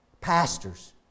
pastors